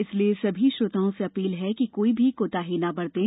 इसलिए सभी श्रोताओं से अपील है कि कोई भी कोताही न बरतें